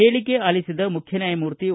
ಹೇಳಿಕೆ ಅಲಿಸಿದ ಮುಖ್ಯ ನ್ವಾಯಮೂರ್ತಿ ಎ